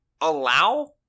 allow –